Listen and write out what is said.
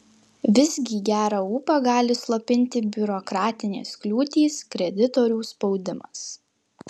visgi gerą ūpą gali slopinti biurokratinės kliūtys kreditorių spaudimas